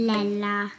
Lella